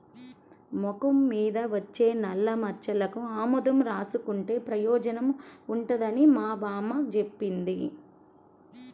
మొఖం మీద వచ్చే నల్లమచ్చలకి ఆముదం రాసుకుంటే పెయోజనం ఉంటదని మా బామ్మ జెప్పింది